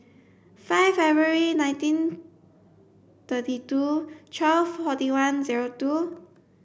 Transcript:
five February nineteen thirty two twelve forty one zero two